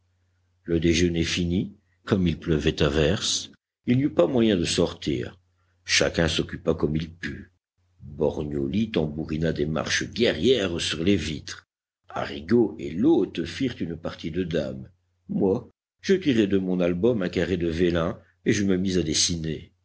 le déjeuner fini comme il pleuvait à verse il n'y eut pas moyen de sortir chacun s'occupa comme il put borgnioli tambourina des marches guerrières sur les vitres arrigo et l'hôte firent une partie de dames moi je tirai de mon album un carré de vélin et je me mis à dessiner